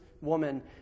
woman